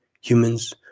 Humans